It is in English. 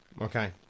Okay